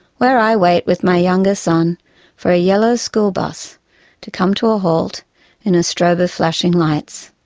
where i wait with my younger son for a yellow school bus to come to a halt in a strobe of flashing lights.